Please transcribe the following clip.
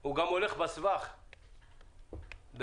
הוא גם הולך בין החברות.